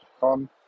on